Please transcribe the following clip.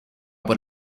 por